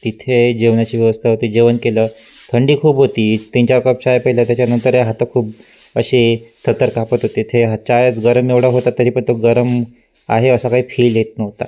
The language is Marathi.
तिथे जेवणाची व्यवस्था होती जेवण केलं थंडी खूप होती तीनचार कप चाय प्यायलं त्याच्यानंतरही हात खूप असे थरथर कापत होते ते हा चायच गरम एवढा होता तरी पण तो गरम आहे असा काही फील येत नव्हता